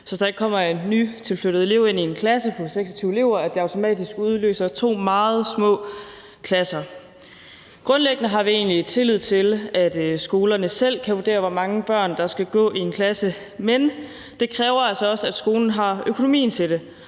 der kommer en nytilflyttet elev ind i en klasse med 26 elever, udløser to meget små klasser. Grundlæggende har vi egentlig tillid til, at skolerne selv kan vurdere, hvor mange børn der skal gå i en klasse, men det kræver altså også, at skolen har økonomien til det.